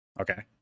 okay